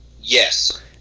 Yes